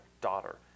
daughter